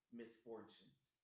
misfortunes